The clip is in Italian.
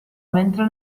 mentre